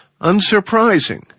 unsurprising